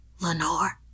Lenore